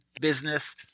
business